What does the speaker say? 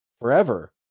forever